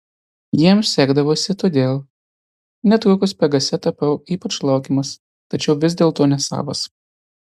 jiems sekdavosi todėl netrukus pegase tapau ypač laukiamas tačiau vis dėlto nesavas